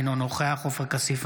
אינו נוכח עופר כסיף,